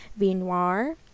Vinoir